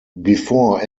before